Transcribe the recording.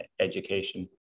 education